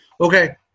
okay